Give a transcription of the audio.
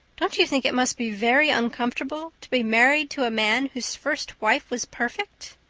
don't you think it must be very uncomfortable to be married to a man whose first wife was perfect?